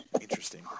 Interesting